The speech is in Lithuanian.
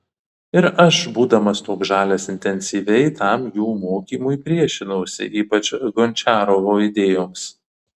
ir aš būdamas toks žalias intensyviai tam jų mokymui priešinausi ypač gončiarovo idėjoms